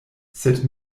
sed